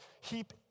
heap